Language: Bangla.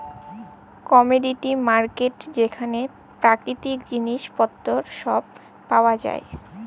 কমডিটি মার্কেট যেখালে পাকিতিক জিলিস পত্তর ছব পাউয়া যায়